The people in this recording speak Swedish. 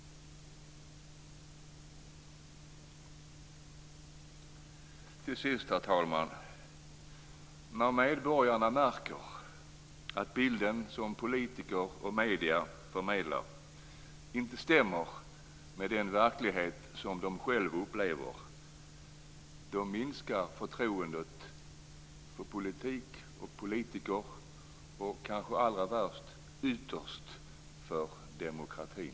Till sist, herr talman, när medborgarna märker att bilden som politiker och medier förmedlar inte stämmer med den verklighet som de själva upplever, då minskar förtroendet för politik och politiker och, kanske allra värst, ytterst för demokratin.